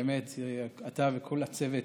באמת, אתה וכל הצוות,